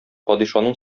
падишаның